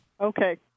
Okay